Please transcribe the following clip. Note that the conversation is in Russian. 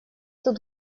тут